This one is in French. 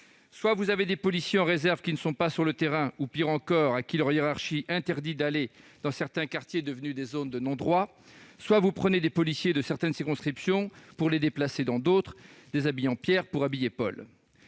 Darmanin a des policiers en réserve qui ne sont pas sur le terrain ou, pis encore, à qui leur hiérarchie interdit d'aller dans certains quartiers devenus des zones de non-droit ; soit il prend des policiers de certaines circonscriptions pour les déplacer dans d'autres, déshabillant Pierre pour habiller Paul.